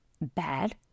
bad